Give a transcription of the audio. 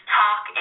talk